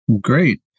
Great